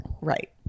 Right